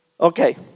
Okay